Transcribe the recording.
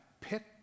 Pick